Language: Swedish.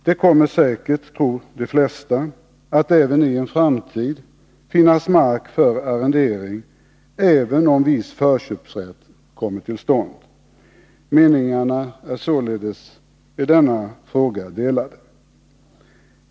Det kommer säkert, tror de flesta, även i en framtid att finnas mark för arrendering även om viss förköpsrätt kommer till stånd. Meningarna i denna fråga är således delade.